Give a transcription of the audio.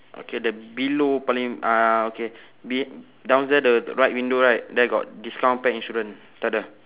okay the below paling uh okay be~ down there the right window right there got discount pet insurance takda